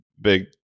big